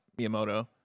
miyamoto